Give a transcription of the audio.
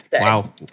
Wow